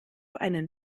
einen